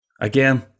Again